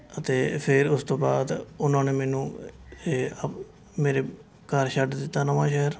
ਅਤੇ ਫਿਰ ਉਸ ਤੋਂ ਬਾਅਦ ਉਹਨਾਂ ਨੇ ਮੈਨੂੰ ਇਹ ਅ ਮੇਰੇ ਘਰ ਛੱਡ ਦਿੱਤਾ ਨਵਾਸ਼ਹਿਰ